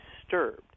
disturbed